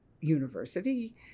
university